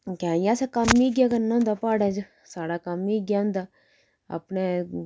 कैंह् कि असें कम्म ई इ'यै करना होंदा प्हाड़ें च साढ़ा कम्म ई इ'यै होंदा अपने